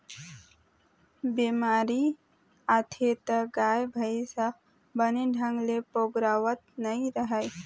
बेमारी आथे त गाय, भइसी ह बने ढंग ले पोगरावत नइ रहय